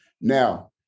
now